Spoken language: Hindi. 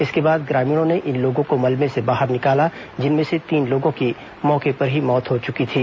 इसके बाद ग्रामीणों ने इन लोगों को मलबे से बाहर निकाला जिनमें से तीन लोगों की मौके पर ही मौत हो चुकी थी